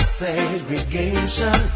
segregation